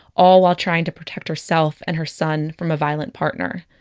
all while trying to protect herself and her son from a violent partner.